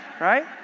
right